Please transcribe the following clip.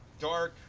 dark,